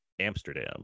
amsterdam